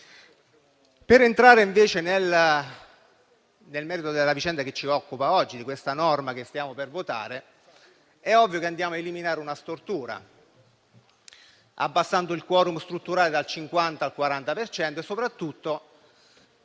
Per entrare invece nel merito della vicenda che ci occupa oggi, di questa norma che stiamo per votare, è ovvio che andiamo a eliminare una stortura, abbassando il *quorum* strutturale dal 50 al 40 per cento